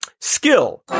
skill